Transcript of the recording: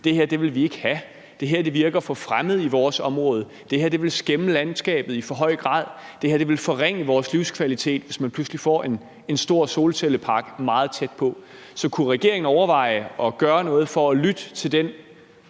det her vil man ikke have, det her virker for fremmed i ens område, det her vil skæmme landskabet i for høj grad, og det her vil forringe ens livskvalitet, altså hvis man pludselig får en stor solcellepark meget tæt på? Så kunne regeringen overveje at gøre noget for at lytte til den,